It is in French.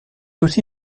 aussi